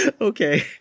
Okay